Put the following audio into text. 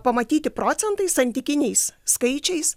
pamatyti procentais santykiniais skaičiais